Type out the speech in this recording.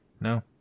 No